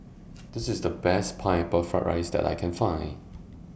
This IS The Best Pineapple Fried Rice that I Can Find